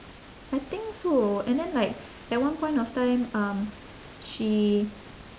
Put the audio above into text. I think so and then like at one point of time um she